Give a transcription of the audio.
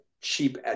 cheap